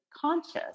conscious